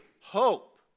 hope